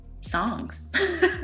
songs